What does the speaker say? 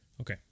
Okay